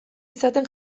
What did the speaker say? izaten